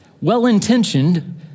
well-intentioned